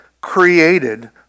created